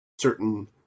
certain